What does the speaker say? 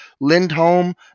Lindholm